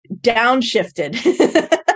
downshifted